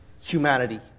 humanity